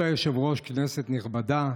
כבוד היושב-ראש, כנסת נכבדה,